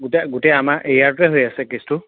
গোটেই গোটেই আমাৰ এৰিয়াটোটে হৈ আছে কেছটো